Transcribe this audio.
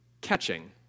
catching